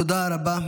תודה רבה.